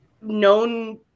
known